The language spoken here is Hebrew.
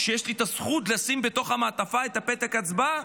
יש לי את הזכות לשים בתוך המעטפה את פתק ההצבעה,